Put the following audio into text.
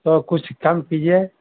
تو کچھ کم کیجیے